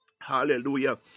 Hallelujah